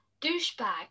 Douchebag